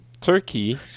Turkey